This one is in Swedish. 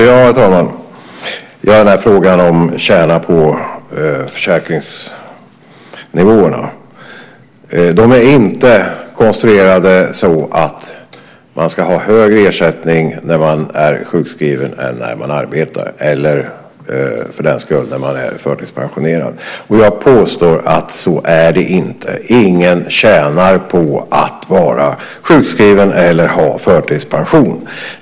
Herr talman! Det gäller frågan om att tjäna på försäkringsnivåerna. De är inte konstruerade så att man ska ha högre ersättning när man är sjukskriven än när man arbetar, eller för den skull när man är förtidspensionerad. Jag påstår att det inte heller är så. Ingen tjänar på att vara sjukskriven eller ha förtidspension.